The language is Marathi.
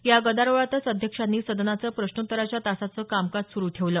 या गदारोळातच अध्यक्षांनी सदनाचं प्रश्नोत्तराच्या तासाचं कामकाज सुरू ठेवलं